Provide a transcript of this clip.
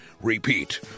Repeat